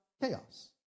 chaos